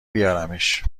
بیارمش